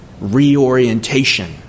reorientation